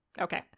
Okay